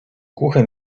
głuche